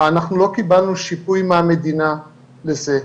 אנחנו לא קיבלנו שיפוי מהמדינה לזה,